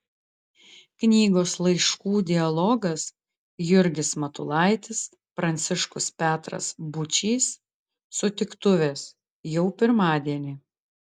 knygos laiškų dialogas jurgis matulaitis pranciškus petras būčys sutiktuvės jau pirmadienį